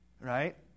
right